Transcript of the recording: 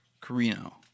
Carino